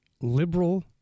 liberal